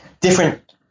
different